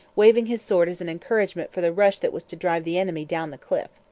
waving his sword as an encouragement for the rush that was to drive the enemy down the cliff.